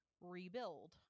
rebuild